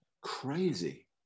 crazy